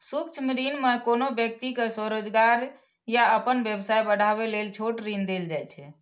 सूक्ष्म ऋण मे कोनो व्यक्ति कें स्वरोजगार या अपन व्यवसाय बढ़ाबै लेल छोट ऋण देल जाइ छै